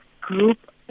group